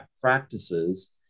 practices